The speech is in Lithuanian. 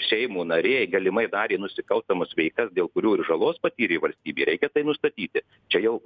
seimo nariai galimai darė nusikalstamas veikas dėl kurių ir žalos patyrė valstybė reikia tai nustatyti čia jau